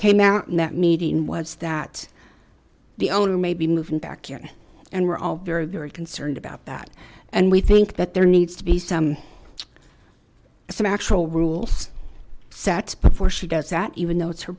came out and that meeting was that the owner may be moving back in and we're all very very concerned about that and we think that there needs to be some some actual rules sets before she does that even though it's her